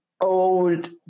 old